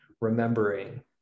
remembering